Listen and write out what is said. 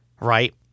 right